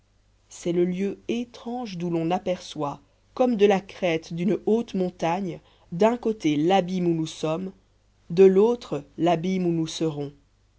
c'est le lieu étrange d'où l'on aperçoit comme de la crête d'une haute montagne d'un côté l'abîme où nous sommes de l'autre l'abîme où nous serons